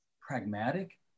pragmatic